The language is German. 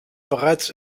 bereits